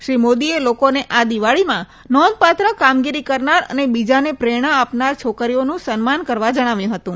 શ્રી મોદીએ લોકોને આ દિવાળીમાં નોંધપાત્ર કામગીરી કરનાર અને બીજાને પ્રેરણા આપનાર છોકરીઓનું સન્માન કરવા જણાવ્યું હતું